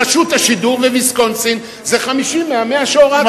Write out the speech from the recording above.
רשות השידור וויסקונסין זה 50 מה-100 שהורדתם.